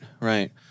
right